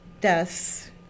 deaths